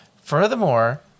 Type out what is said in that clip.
Furthermore